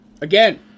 Again